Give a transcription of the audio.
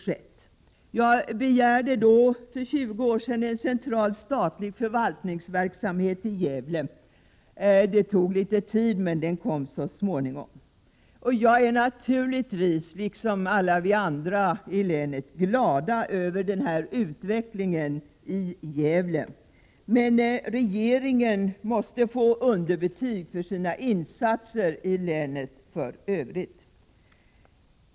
För 20 år sedan begärde jag att en central statlig förvaltningsverksamhet skulle förläggas till Gävle. Det tog litet tid, men den kom så småningom. Liksom alla andra i länet är naturligtvis också jag glad över den här utvecklingen i Gävle, men regeringen måste ändå få underbetyg för dess insatser i länet i övrigt.